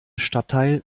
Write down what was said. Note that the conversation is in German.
stadtteil